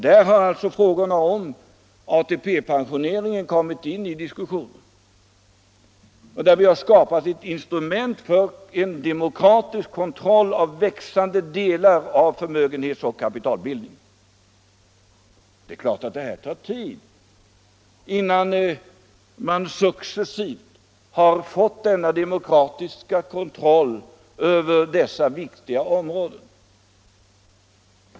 Där har alltså frågorna om ATP-pensioneringen kommit in i diskussionen. Vi har skapat ett instrument för demokratisk kontroll av växande delar av förmögenhetsoch kapitalbildningen. Det är klart att det tar tid, innan man successivt har fått en sådan demokratisk kontroll över dessa viktiga områden.